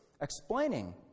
explaining